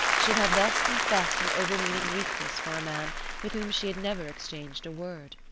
should have thus confessed an overweening weakness for a man with whom she had never exchanged a word.